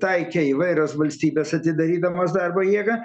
taikė įvairios valstybės atidarydamos darbo jėgą